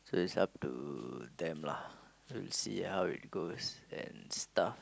so it's up to them lah to see how it goes and stuff